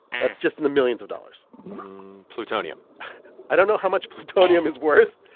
that's just in the millions of dollars plutonium i don't know how much plutonium is worth.